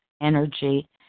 energy